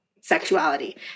sexuality